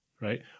right